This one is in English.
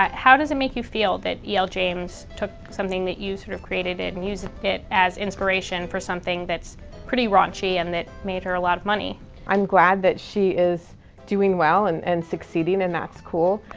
um how does it make you feel that e l. james took something that you sort of created it and using it as inspiration for something that's pretty raunchy and that made her a lot of money i'm glad that she is doing well and and succeeding and that's cool.